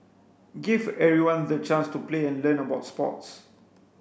gave everyone the chance to play and learn about sports